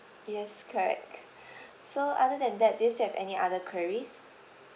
yes correct so other than that do you still have any other queries